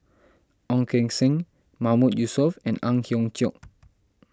Ong Keng Sen Mahmood Yusof and Ang Hiong Chiok